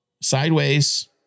sideways